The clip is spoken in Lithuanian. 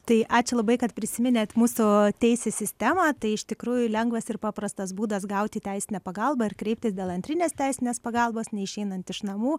tai ačiū labai kad prisiminėt mūsų teisės sistemą tai iš tikrųjų lengvas ir paprastas būdas gauti teisinę pagalbą ir kreiptis dėl antrinės teisinės pagalbos neišeinant iš namų